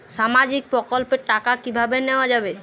সামাজিক প্রকল্পের টাকা কিভাবে নেওয়া যাবে?